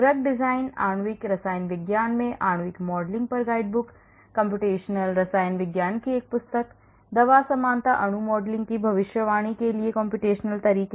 दवा डिजाइन आणविक रसायन विज्ञान में आणविक मॉडलिंग पर गाइड बुक कम्प्यूटेशनल रसायन विज्ञान की एक पुस्तिका दवा समानता अणु मॉडलिंग की भविष्यवाणी के लिए कम्प्यूटेशनल तरीके